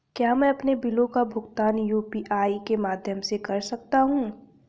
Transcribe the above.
क्या मैं अपने बिलों का भुगतान यू.पी.आई के माध्यम से कर सकता हूँ?